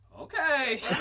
okay